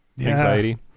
anxiety